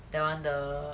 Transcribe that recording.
that one the